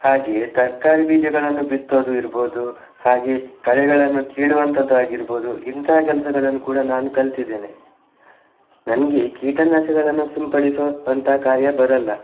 ಹಾಗೆಯೇ ತರಕಾರಿ ಬೀಜಗಳನ್ನು ಬಿತ್ತೋದು ಇರ್ಬೋದು ಹಾಗೆ ಕಳೆಗಳನ್ನು ಕೀಳುವಂಥದ್ದು ಆಗಿರ್ಬೋದು ಇಂತಹ ಕೆಲಸಗಳನ್ನು ಕೂಡ ನಾನು ಕಲ್ತಿದ್ದೇನೆ ನನಗೆ ಕೀಟನಾಶಕಗಳನ್ನು ಸಿಂಪಡಿಸೋ ಅಂಥ ಕಾರ್ಯ ಬರಲ್ಲ